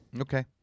Okay